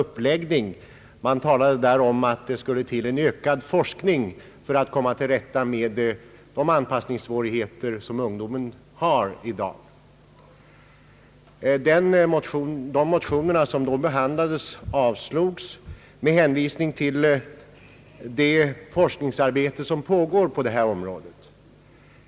Motionärerna talade om att det behövs ökad forskning för att komma till rätta med de anpassningssvårigheter som ungdomen har i dag. De motioner som då behandlades avslogs med hänvisning till det forskningsarbete som pågår på det här området.